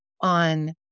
on